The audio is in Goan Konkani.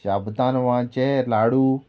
शाबदान वांचे लाडू